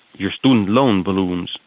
your student loan balloons,